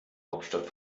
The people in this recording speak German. hauptstadt